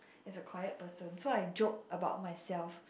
as a quiet person so I joke about myself